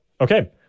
okay